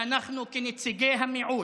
ואנחנו, כנציגי המיעוט,